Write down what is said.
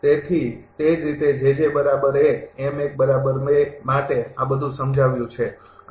તેથી તે જ રીતે માટે આ બધું સમજાવ્યુ છે અને